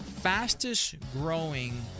fastest-growing